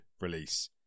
release